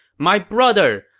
my brother,